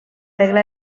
regla